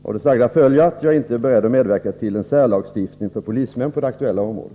Av det sagda följer att jag inte är beredd att medverka till en särlagstiftning för polismän på det aktuella området.